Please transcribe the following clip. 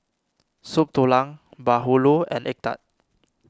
Soup Tulang Bahulu and Egg Tart